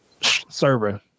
server